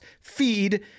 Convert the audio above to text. feed